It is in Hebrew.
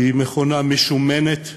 היא מכונה משומנת,